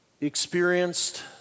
experienced